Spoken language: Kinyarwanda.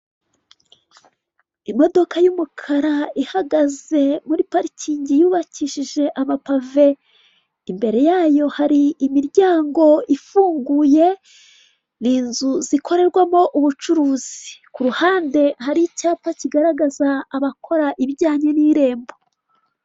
Imodoka y'umukara ihagaze muri parikingi yubakishije amapave imbere yayo hari imiryango ifunguye n'inzu zikorerwamo ubucuruzi, kuruhande hari icyapa kigaragaza abakora ibijyanye nirembo.